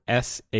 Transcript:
SA